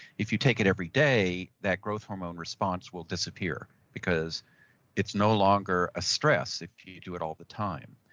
if you take it every day, that growth hormone response will disappear because it's no longer a stress if you do it all the time.